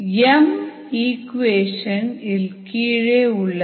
M "m" equation இல் கீழே உள்ளது